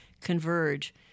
converge